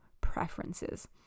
preferences